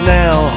now